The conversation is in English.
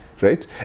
right